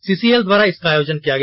CCL द्वारा इसका आयोजन किया गया